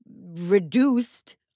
reduced